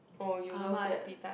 oh you love that